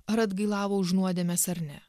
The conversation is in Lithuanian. ar atgailavo už nuodėmes ar ne